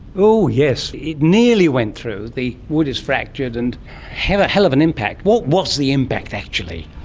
ooh, yes it nearly went through, the wood is fractured, and had a hell of an impact. what was the impact actually?